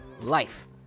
life